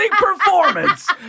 performance